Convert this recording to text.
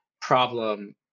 problem